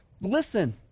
listen